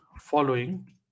following